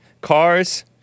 cars